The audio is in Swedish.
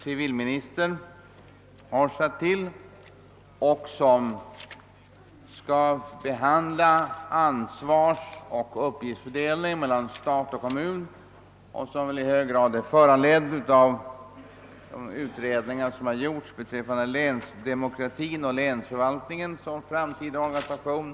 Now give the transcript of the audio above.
Civilministern har tillsatt en utredning som skall behandla ansvarsoch uppgiftsfördelningen mellan stat och kommun och som i hög grad föranletts av de utredningar vilka gjorts beträffande länsdemokratin och länsförvaltningens framtida organisation.